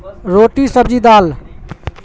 روٹی سبزی دال